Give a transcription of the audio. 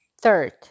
Third